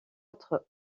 autre